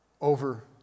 over